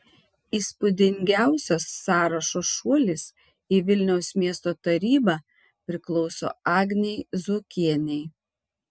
įspūdingiausias sąrašo šuolis į vilniaus miesto tarybą priklauso agnei zuokienei